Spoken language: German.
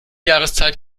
jahreszeit